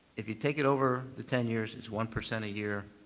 if you take it over the ten years, it's one percent a year.